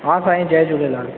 हा साईं जय झूलेलाल